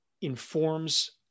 informs